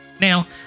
now